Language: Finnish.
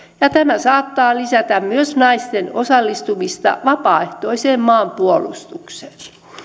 ja tämä saattaa lisätä myös naisten osallistumista vapaaehtoiseen maanpuolustukseen